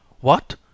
What